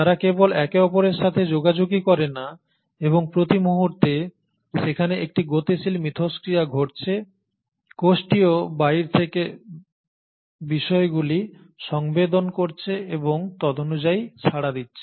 তারা কেবল একে অপরের সাথে যোগাযোগই করে না এবং প্রতিমুহূর্তে সেখানে একটি গতিশীল মিথষ্ক্রিয়া ঘটছে কোষটিও বাইরে থেকে বিষয়গুলি সংবেদন করছে এবং তদনুযায়ী সাড়া দিচ্ছে